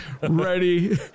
ready